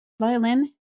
violin